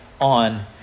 on